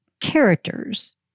characters